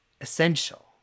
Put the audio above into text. essential